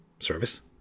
Service